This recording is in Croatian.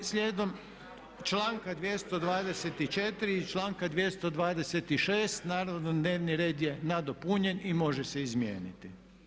Da, slijedom članka 224. i članka 226. naravno dnevni red je nadopunjen i može se izmijeniti.